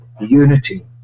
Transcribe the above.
unity